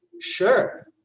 Sure